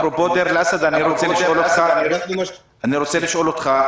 אפרופו דיר אל-אסד, אני רוצה לשאול אותך.